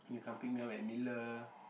you can pick me up at miller